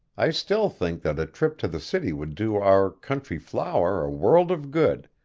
i still think that a trip to the city would do our country flower a world of good,